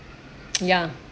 ya